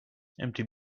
empty